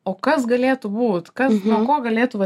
o kas galėtų būt kas nuo ko galėtų va